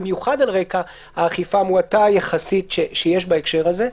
במיוחד על רקע האכיפה המועטה יחסית שיש בהקשר הזה.